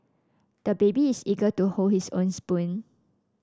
the baby is eager to hold his own spoon